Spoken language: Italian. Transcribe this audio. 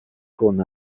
con